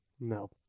No